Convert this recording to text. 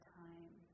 time